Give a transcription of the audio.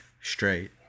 straight